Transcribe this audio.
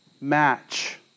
match